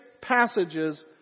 passages